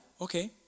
okay